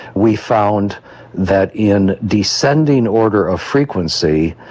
we found that in descending order of frequency,